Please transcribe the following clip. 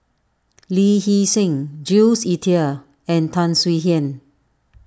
Lee Hee Seng Jules Itier and Tan Swie Hian